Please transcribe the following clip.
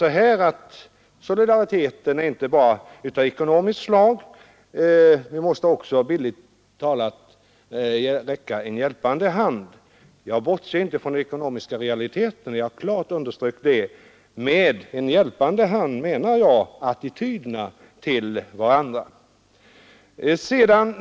Jag sade att solidariteten inte enbart var av ekonomiskt slag; vi måste också bildligt talat räcka en hjälpande hand. Jag bortsåg inte från ekonomiska realiteter när jag klart underströk detta. Med en hjälpande hand menar jag våra attityder mot varandra.